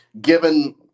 given